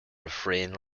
refrain